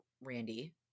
Randy